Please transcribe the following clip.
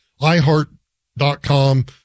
iHeart.com